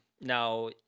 Now